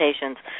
patients